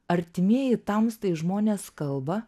artimieji tamstai žmonės kalba